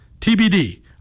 TBD